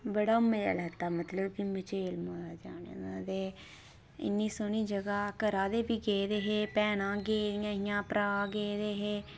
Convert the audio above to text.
ते बड़ा मज़ा लैता मतलब कि मचैल जाने दा ते इन्नी सोह्नी जगह ते घरै आह्ले बी गेदे हे ते भैनां गेदियां हियां ते भ्राऽ गेदे हे